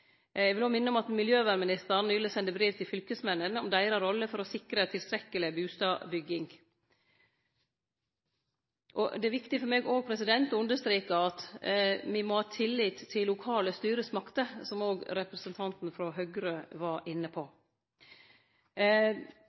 Eg vil òg minne om at miljøvernministeren nyleg sende brev til fylkesmennene om deira rolle for å sikre tilstrekkeleg bustadbygging. Det er viktig for meg å understreke at me må ha tillit til lokale styresmakter, som òg representanten frå Høgre var inne på.